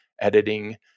editing